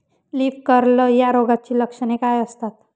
Leaf curl या रोगाची लक्षणे काय असतात?